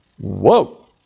Whoa